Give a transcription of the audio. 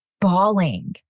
bawling